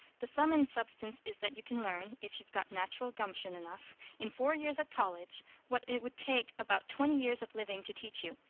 the sum and substance is that you can learn if you've got natural gumption enough in four years at college what it would take about twenty years of living to teach you.